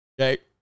Okay